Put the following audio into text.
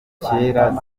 kera